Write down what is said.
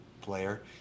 player